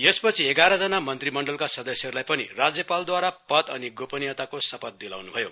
यसपछि एघारजना मन्त्रीमण्डलहरूका सदस्यहरूलाई पनि राज्यपालद्वारा पद अनि गोपनीयताको शपथ दिलाउन् भयो